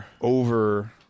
over